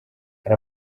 hari